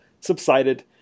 subsided